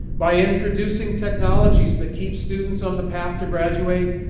by introducing technologies that keep students on the path to graduate,